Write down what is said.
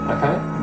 Okay